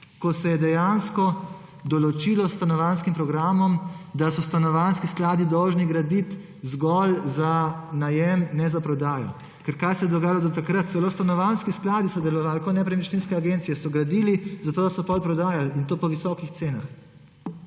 ko se je dejansko s stanovanjskim programom določilo, da so stanovanjski skladi dolžni graditi zgolj za najem, ne za prodajo. Ker kaj se je dogajalo do takrat? Celo stanovanjski skladi so delovali kot nepremičninske agencije, so gradili zato, da so potem prodajali, in to po visokih cenah.